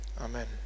Amen